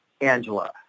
Angela